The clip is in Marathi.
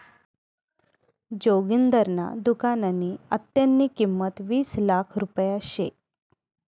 जोगिंदरना दुकाननी आत्तेनी किंमत वीस लाख रुपया शे